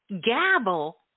gabble